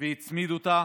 והצמיד אותה,